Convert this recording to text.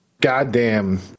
goddamn